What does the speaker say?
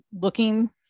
looking